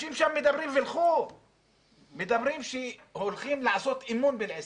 אנשים שם מדברים שהולכים לעשות אימון בעיסאוויה,